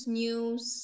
news